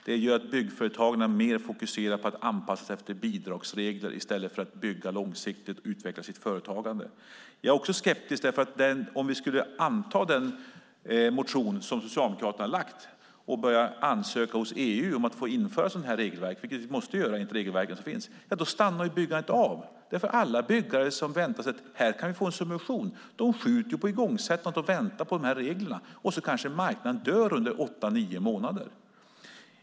Det gör att byggföretagen mer fokuserar på att anpassa sig efter bidragsregler i stället för att bygga långsiktigt och utveckla sitt företagande. Jag är också skeptisk av den anledningen att om vi skulle anta den motion som Socialdemokraterna har lagt fram och börja ansöka hos EU om att få införa ett sådant här regelverk - vilket vi måste göra enligt de regelverk som finns - så stannar byggandet av. Alla byggare som väntar sig en subvention skjuter ju på igångsättandet eftersom de väntar på dessa regler, och så kanske marknaden dör under åtta nio månader.